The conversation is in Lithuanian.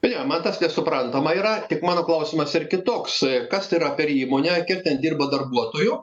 nu jo man tas nesuprantama yra tik mano klausimas ir kitoks kas tai yra per įmonė kiek ten dirba darbuotojų